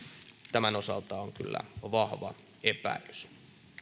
tämän osalta on kyllä vahva epäilys